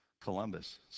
Columbus